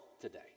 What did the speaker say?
today